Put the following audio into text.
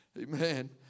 Amen